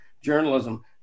journalism